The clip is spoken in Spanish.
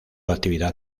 actividad